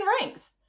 ranks